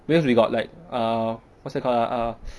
because we got like uh what's that called ah